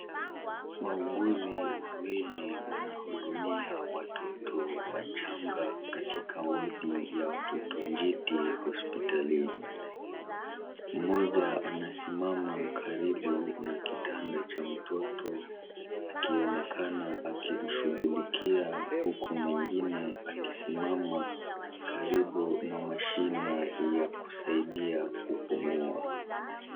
Wauguzi wawili wanahudumia watoto wachanga katika wodi ya watoto njiti hospitalini. Mmoja anasimama karibu na kitanda cha mtoto akionekana akimshughulikia huku mwingine akisimama karibu na mashine ya kusaidia kupumua.